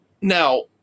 Now